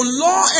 law